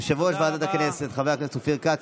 יושב-ראש ועדת הכנסת חבר הכנסת אופיר כץ,